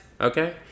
Okay